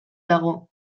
dago